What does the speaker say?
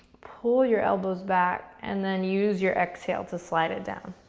pull your elbows back and then use your exhale to slide it down.